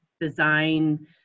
design